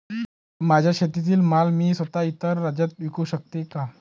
माझ्या शेतातील माल मी स्वत: इतर राज्यात विकू शकते का?